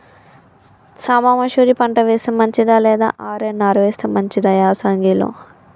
సాంబ మషూరి పంట వేస్తే మంచిదా లేదా ఆర్.ఎన్.ఆర్ వేస్తే మంచిదా యాసంగి లో?